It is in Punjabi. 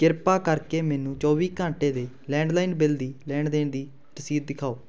ਕਿਰਪਾ ਕਰਕੇ ਮੈਨੂੰ ਚੌਵੀ ਘੰਟੇ ਦੇ ਲੈਂਡਲਾਈਨ ਬਿੱਲ ਦੀ ਲੈਣ ਦੇਣ ਦੀ ਰਸੀਦ ਦਿਖਾਓ